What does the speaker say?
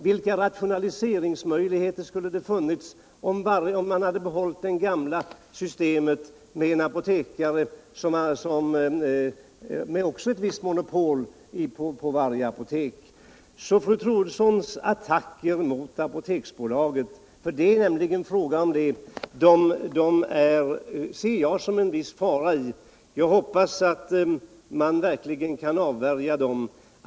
Vilka rationaliseringsmöjligheter skulle ha funnits om man behållit det gamla systemet med en apotekare i varje apotek, som också hade ett visst monopol? I fru Troedssons attacker mot Apoteksbolaget — och det är detta det är fråga om -— ser jag en viss fara, som jag verkligen hoppas man kan avvärja.